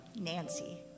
Nancy